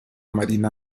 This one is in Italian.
marina